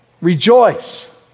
Rejoice